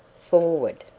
forward!